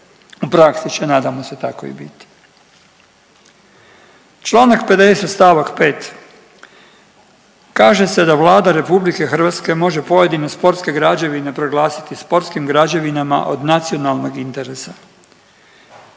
u praksi će nadamo se tako i biti. Članak 50. stavak 5. kaže se da Vlada Republike Hrvatske može pojedine sportske građevine proglasiti sportskim građevinama od nacionalnog interesa.